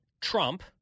Trump